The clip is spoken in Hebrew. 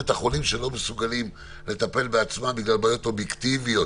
החולים שלא מסוגלים לטפל בעצמם בגלל בעיות אובייקטיביות.